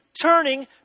turning